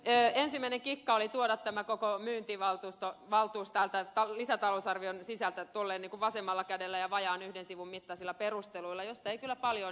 ensimmäinen kikka oli tuoda tämä koko myyntivaltuus täältä lisätalousarvion sisältä niin kuin vasemmalla kädellä ja vajaan yhden sivun mittaisilla perusteluilla joista ei kyllä paljon ilmene